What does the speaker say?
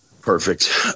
Perfect